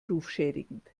rufschädigend